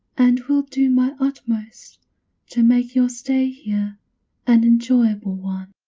and will do my utmost to make your stay here an enjoyable one.